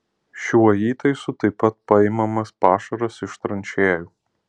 šiuo įtaisu taip pat paimamas pašaras iš tranšėjų